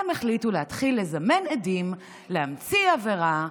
הם החליטו להתחיל לזמן עדים, להמציא עבירה,